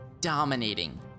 dominating